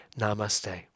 Namaste